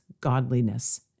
godliness